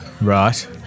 Right